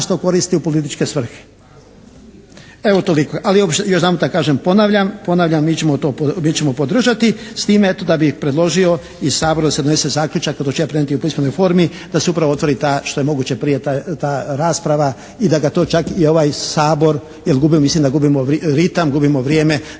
koristi u političke svrhe. Evo toliko, ali još jedanput da kažem ponavljam mi ćemo podržati s time eto da bih predložio i Saboru da se donese zaključak …/Govornik se ne razumije./… u pismenoj formi da se upravo otvori ta što je moguće prije ta rasprava i da ga to čak i ovaj Sabor, jer mislim da gubimo ritam, da gubimo vrijeme,